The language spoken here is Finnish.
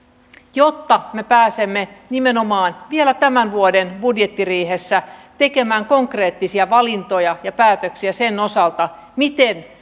jotta me pääsemme nimenomaan vielä tämän vuoden budjettiriihessä tekemään konkreettisia valintoja ja päätöksiä sen osalta miten